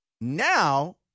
Now